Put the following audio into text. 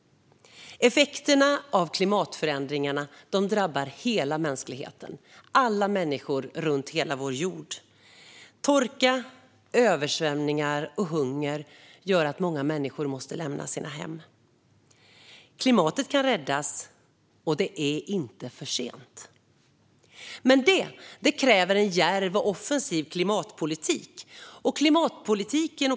Effekterna av klimatförändringarna drabbar hela mänskligheten - alla människor runt hela vår jord. Torka, översvämningar och hunger gör att människor måste lämna sitt hem. Klimatet kan räddas, och det är inte för sent. Men det kräver en djärv och offensiv klimatpolitik.